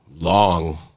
long